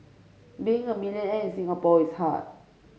being a millionaire in Singapore is hard